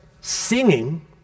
singing